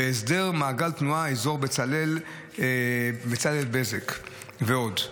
הסדר מעגל תנועה באזור בצלאל בזק ועוד.